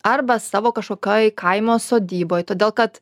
arba savo kažkokioj kaimo sodyboj todėl kad